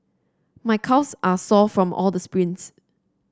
my calves are sore from all the sprints